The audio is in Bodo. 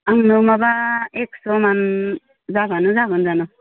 आंनो माबा एकस'मान जाब्लानो जागोन जानो